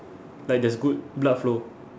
like there's good blood flow